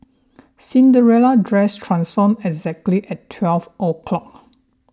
Cinderella dress transformed exactly at twelve o' clock